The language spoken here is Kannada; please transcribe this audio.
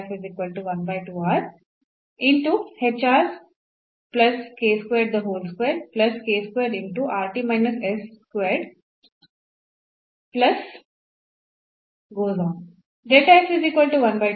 ಇದು ಅಭಿವ್ಯಕ್ತಿ